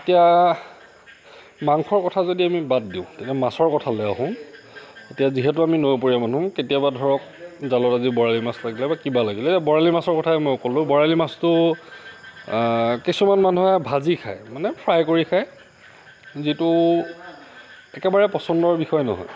এতিয়া মাংসৰ কথা যদি আমি বাদ দিওঁ তেতিয়া আমি মাছৰ কথালৈ আহোঁ এতিয়া আমি যিহেতু নৈপৰীয়া মানুহ কেতিয়াবা ধৰক জালত আজি বৰালি মাছ লাগিলে বা কিবা লাগিলে এই মই বৰালি মাছৰ কথাই কলোঁ বৰালি মাছটো কিছুমান মানুহে ভাজি খাই মানে ফ্ৰাই কৰি খায় যিটো একেবাৰে পচন্দৰ বিষয় নহয়